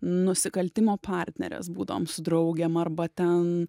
nusikaltimo partnerės būdavom su draugėm arba ten